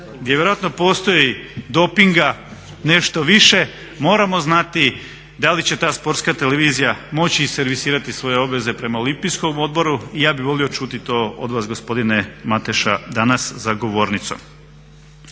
rekao vjerojatno postoji dopinga nešto više. Moramo znati da li će ta sportska televizija moći servisirati svoje obveze prema Olimpijskom odboru. I ja bih volio čuti to od vas gospodine Mateša danas za govornicom.